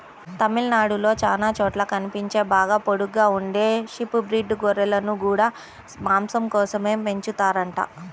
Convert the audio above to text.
తమిళనాడులో చానా చోట్ల కనిపించే బాగా పొడుగ్గా ఉండే షీప్ బ్రీడ్ గొర్రెలను గూడా మాసం కోసమే పెంచుతారంట